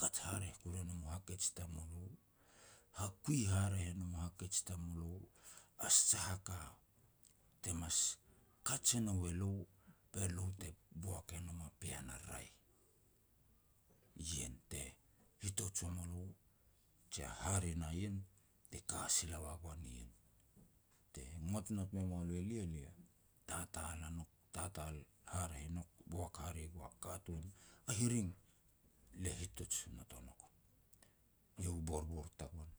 kaj haraeh kuru e nom u hakej tamulo. Hakui haraeh e nom hakej tamulo, a sah a ka te mas kaj e nou elo, be lo te boak e nom a pean a raeh. Ien te hitoj ua mulo, je hare na ien, te ka sila wa goan ien. Te not me mua lo elia, lia tatal a nouk, tatal haraeh nouk, boak hare gua katun a hiring. Le hitoj not o nouk. Eiau borbor tagoan.